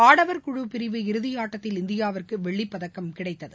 ஆடவர் குழு பிரிவு இறுதியாட்டத்தில் இந்தியாவிற்கு வெள்ளிப்பதக்கம் கிடைத்தது